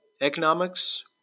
Economics